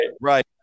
right